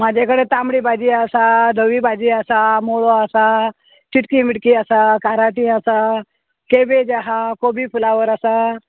म्हाजे कडेन तांबडी भाजी आसा धवी भाजी आसा मुळो आसा चिटकी मिटकी आसा कारांटी आसा केबेज आहा कोबी फ्लावर आसा